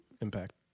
Impact